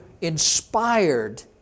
inspired